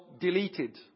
deleted